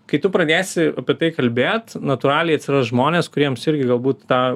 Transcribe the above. kai tu pradėsi apie tai kalbėt natūraliai atsiras žmonės kuriems irgi galbūt tą